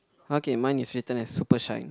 okay mine is written as super shine